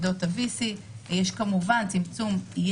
יש כאן שלושה תרחישים, אפשר לראות בצד שמאל.